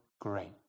great